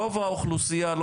רוב האוכלוסייה,